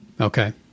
Okay